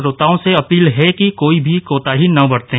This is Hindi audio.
श्रोताओं से अपील है कि कोई भी कोताही न बरतें